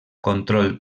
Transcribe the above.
control